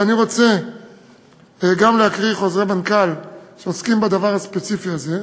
ואני רוצה גם להקריא חוזרי מנכ"ל שעוסקים בדבר הספציפי הזה.